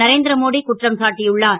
நரேந் ரமோடி குற்றம் சாட்டியுள்ளார்